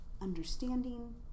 understanding